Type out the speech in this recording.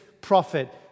prophet